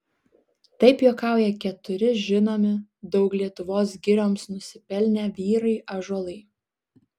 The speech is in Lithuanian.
taip juokauja keturi žinomi daug lietuvos girioms nusipelnę vyrai ąžuolai